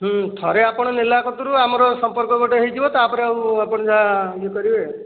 ହୁଁ ଥରେ ଆପଣ ନେଲା କତରୁ ଆମର ସମ୍ପର୍କ ଗୋଟେ ହେଇଯିବ ତାପରେ ଆଉ ଆପଣ ଯାହା ଇଏ କରିବେ